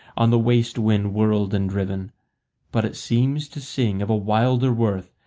on the waste wind whirled and driven but it seems to sing of a wilder worth,